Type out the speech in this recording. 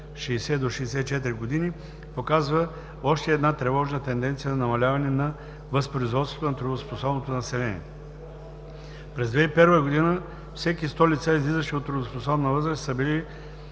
(60 – 64 години), показва още една тревожна тенденция на намаляване на възпроизводството на трудоспособното население. През 2001 г. всеки 100 лица, излизащи от трудоспособна възраст, са били